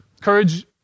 Courage